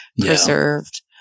preserved